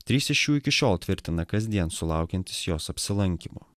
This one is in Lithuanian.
trys iš jų iki šiol tvirtina kasdien sulaukiantys jos apsilankymo